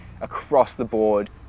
across-the-board